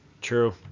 True